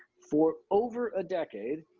for over a decade,